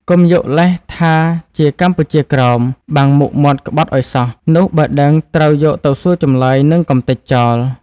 កុំយកលេសថាជាកម្ពុជាក្រោម បាំងមុខមាត់ក្បត់ឱ្យសោះ នោះបើដឹងត្រូវយកទៅសួរចម្លើយ និងកំទេចចោល។